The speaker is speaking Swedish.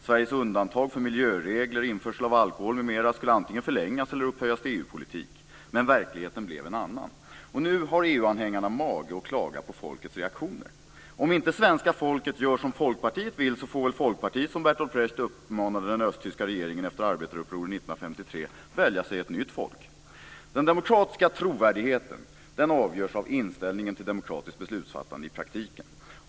Sveriges undantag för miljöregler, införsel av alkohol m.m. skulle antingen förlängas eller upphöjas till EU-politik. Men verkligheten blev en annan. Nu har EU-anhängarna mage att klaga på folkets reaktioner. Om inte svenska folket gör som Folkpartiet vill får väl Folkpartiet, som Bertolt Brecht uppmanade den östtyska regeringen efter arbetarupproret Den demokratiska trovärdigheten avgörs av inställningen till demokratiskt beslutsfattande i praktiken.